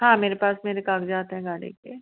हाँ मेरे पास मेरे कागजात है गाड़ी के